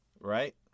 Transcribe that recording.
Right